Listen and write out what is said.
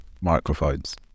microphones